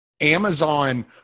Amazon –